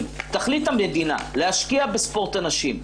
אם תחליט המדינה להשקיע בספורט הנשים,